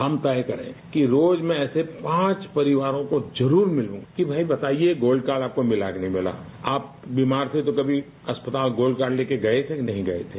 हम तय करेंगे कि रोज मैं ऐसे पांच परिवारों को जरूर मिलूं कि भाई बताईये गोल्ड कार्ड आपको मिला की नहीं आप बीमार थे तो कमी अस्पताल गोल्ड कार्ड लेकर गये थे कि नहीं गये थे